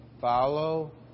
Follow